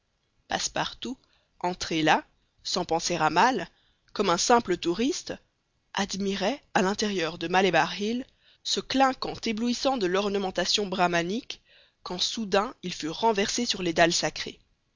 passepartout entré là sans penser à mal comme un simple touriste admirait à l'intérieur de malebar hill ce clinquant éblouissant de l'ornementation brahmanique quand soudain il fut renversé sur les dalles sacrées